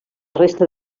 resta